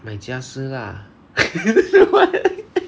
买家饰 lah